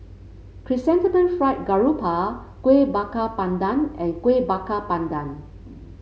Chrysanthemum Fried Garoupa Kuih Bakar Pandan and Kuih Bakar Pandan